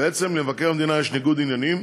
בעצם למבקר המדינה יש ניגוד עניינים,